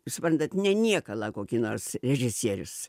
suprantat ne niekalą kokį nors režisierius